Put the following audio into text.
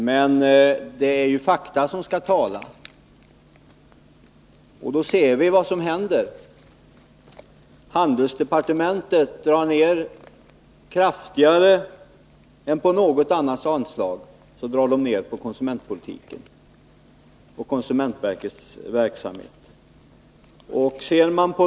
Men det är ju fakta som skall tala, och vi ser vad som händer: handelsdepartementet drar kraftigare än på något annat anslag ner på medlen till konsumentpolitiken och konsumentverkets arbete.